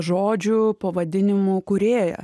žodžių pavadinimų kūrėja